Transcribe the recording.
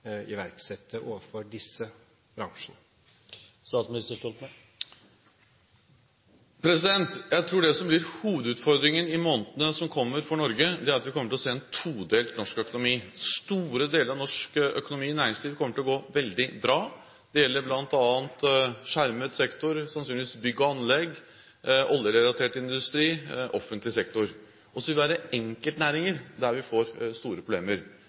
iverksette for disse bransjene? Jeg tror det som blir hovedutfordringen for Norge i månedene som kommer, er at vi kommer til å se en todelt norsk økonomi. Store deler av norsk økonomi og næringsliv kommer til å gå veldig bra. Det gjelder bl.a. skjermet sektor, sannsynligvis bygg og anlegg, oljerelatert industri og offentlig sektor. Så vil det være enkeltnæringer der vi får store problemer.